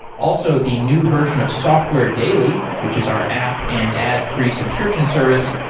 also, the new version of software daily, which is our app and ad free subscription service,